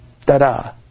Ta-da